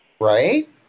right